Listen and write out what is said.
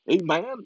Amen